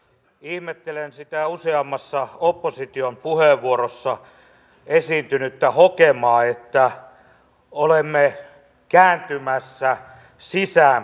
ihmettelen sitä useammassa opposition puheenvuorossa esiintynyttä hokemaa että olemme kääntymässä sisäänpäin